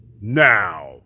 Now